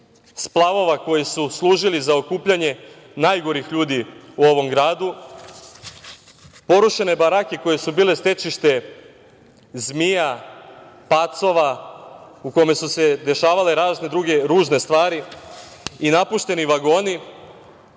splavova koji su služili za okupljanje najgorih ljudi u ovom gradu, porušene barake koje su bile stecište zmija, pacova, u kome su se dešavale razne druge ružne stvari i napušteni vagoni